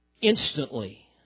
Instantly